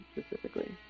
specifically